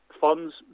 funds